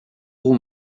roues